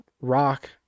rock